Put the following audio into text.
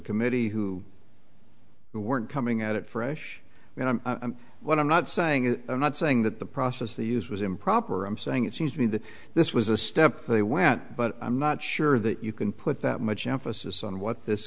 committee who weren't coming at it fresh and i'm what i'm not saying is i'm not saying that the process they use was improper i'm saying it seems to me that this was a step they went but i'm not sure that you can put that much emphasis on what this